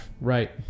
Right